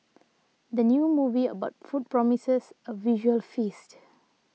the new movie about food promises a visual feast